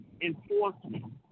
enforcement